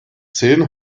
zehn